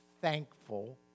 thankful